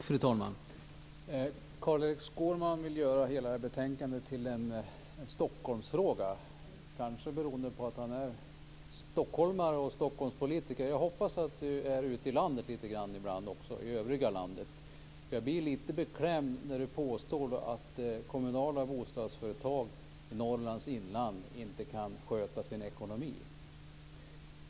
Fru talman! Carl-Erik Skårman vill göra hela detta betänkande till en Stockholmsfråga, kanske beroende på att han är stockholmare och Stockholmspolitiker. Jag hoppas att du också är ute i övriga landet ibland. Jag blir lite beklämd när du påstår att kommunala bostadsföretag i Norrlands inland inte kan sköta sin ekonomi.